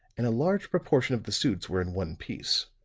and a large proportion of the suits were in one piece.